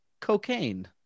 cocaine